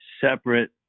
separate